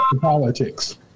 politics